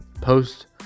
post